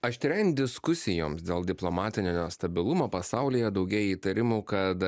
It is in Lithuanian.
aštrėjant diskusijoms dėl diplomatinio nestabilumo pasaulyje daugėja įtarimų kad